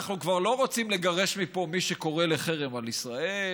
אנחנו כבר לא רוצים לגרש מפה מי שקורא לחרם על ישראל,